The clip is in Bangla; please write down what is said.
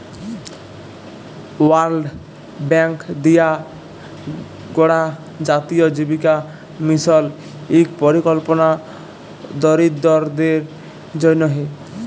ওয়ার্ল্ড ব্যাংক দিঁয়ে গড়া জাতীয় জীবিকা মিশল ইক পরিকল্পলা দরিদ্দরদের জ্যনহে